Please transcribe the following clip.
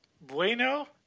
Bueno